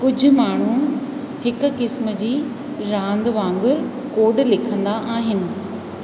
कुझ माण्हूं हिक किस्म जी रांदि वांगुर कोड लिखिंदा आहिनि